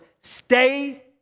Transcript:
stay